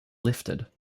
lifted